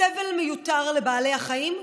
סבל מיותר לבעלי החיים,